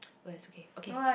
no it's okay okay